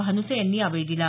भान्से यांनी यावेळी दिला